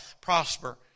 prosper